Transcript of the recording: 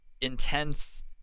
intense